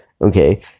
Okay